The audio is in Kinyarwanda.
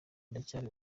ndacyari